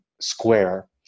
square